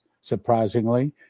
Surprisingly